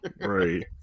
Right